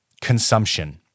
consumption